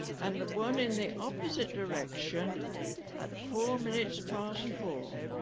and the one in the opposite direction at four minutes past four